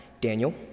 Daniel